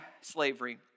slavery